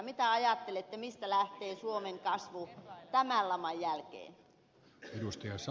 mitä ajattelette mistä lähtee suomen kasvu tämän laman jälkeen